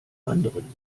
anderen